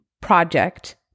project